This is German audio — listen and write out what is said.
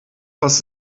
was